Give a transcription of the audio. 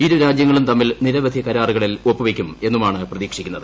ഇരുരാജ്യങ്ങളും തമ്മിൽ നിരവധി കരാറുകളിൽ ഒപ്പുവെയ്ക്കുമെന്നാണ് പ്രതീക്ഷിക്കുന്നത്